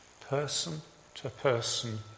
person-to-person